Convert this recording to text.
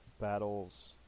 battles